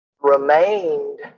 remained